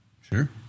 Sure